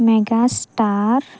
megastar